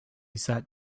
sat